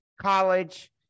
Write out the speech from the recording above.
college